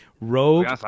Rogue